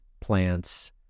plants